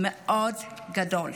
מאוד גדול.